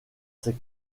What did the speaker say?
ses